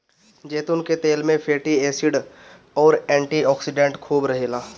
जैतून के तेल में फैटी एसिड अउरी एंटी ओक्सिडेंट खूब रहेला